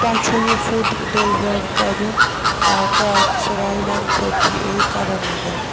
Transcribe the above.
تۄہہِ چھُو یہِ فُڈ ڈیلِوَر کَرُن کاکس راے one forty A Karan Nagar